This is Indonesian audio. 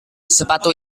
sepatu